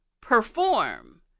perform